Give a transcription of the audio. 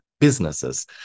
businesses